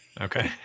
Okay